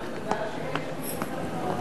מזל שיש מי שמקפיד.